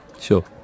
Sure